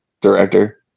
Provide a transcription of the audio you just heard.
director